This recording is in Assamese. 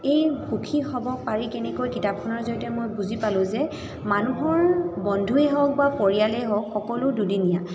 এই সুখী হ'ব পাৰি কেনেকৈ কিতাপখনৰ জৰিয়তে মই বুজি পালোঁ যে মানুহৰ বন্ধুৱেই হওক বা পৰিয়ালেই হওক সকলো দুদিনীয়া